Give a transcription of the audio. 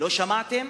לא שמעתם?